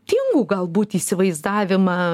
tingų galbūt įsivaizdavimą